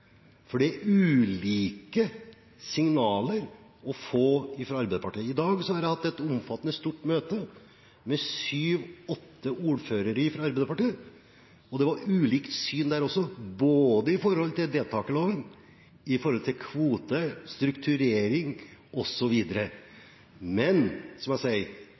for det er ulike signaler å få fra Arbeiderpartiet. I dag har jeg hatt et omfattende, stort møte med sju–åtte ordførere fra Arbeiderpartiet, og det var ulikt syn der også, når det gjaldt både deltakerloven, kvote, strukturering osv. Men, som jeg sier,